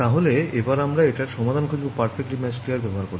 তাহলে এবার আমরা এটার সমাধান খুঁজবো Perfectly Matched Layers ব্যবহার করে